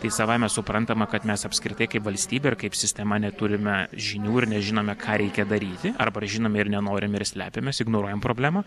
tai savaime suprantama kad mes apskritai kaip valstybė ir kaip sistema neturime žinių ir nežinome ką reikia daryti arba žinome ir nenorime ir slepiamės ignoruojam problemą